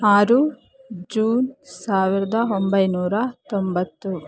ಆರು ಜೂನ್ ಸಾವಿರದ ಒಂಬೈನೂರ ತೊಂಬತ್ತು